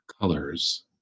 colors